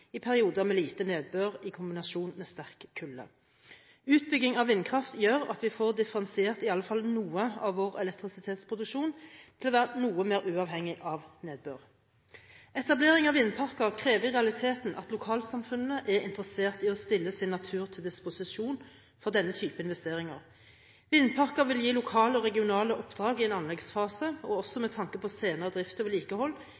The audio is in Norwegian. i perioder med lite nedbør i kombinasjon med sterk kulde. Utbygging av vindkraft gjør at vi får differensiert i alle fall noe av vår elektrisitetsproduksjon til å bli noe mer uavhengig av nedbør. Etablering av vindparker krever i realiteten at lokalsamfunnene er interessert i å stille sin natur til disposisjon for denne typen investeringer. Vindparker vil gi lokale og regionale oppdrag i en anleggsfase, også med tanke på senere drift og vedlikehold,